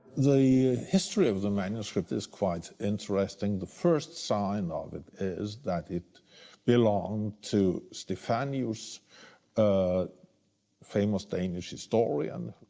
the history of the manuscript is quite interesting. the first sign of it is that it belonged to stefanius, a famous danish historian.